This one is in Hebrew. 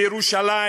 בירושלים,